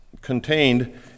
contained